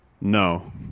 No